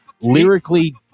lyrically